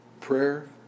prayer